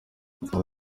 ubu